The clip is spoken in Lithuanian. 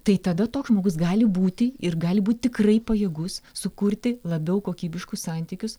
tai tada toks žmogus gali būti ir gali būt tikrai pajėgus sukurti labiau kokybiškus santykius